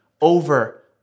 over